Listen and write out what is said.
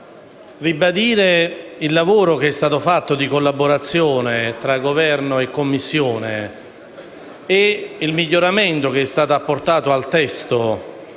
ribadire il lavoro di collaborazione tra Governo e Commissione e il miglioramento che è stato apportato al testo,